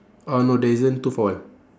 uh no there isn't two for one